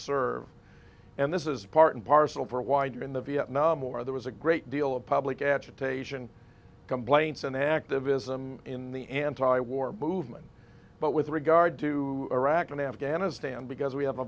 serve and this is part and parcel for why during the vietnam war there was a great deal of public agitation complaints and activism in the anti war movement but with regard to iraq and afghanistan because we have a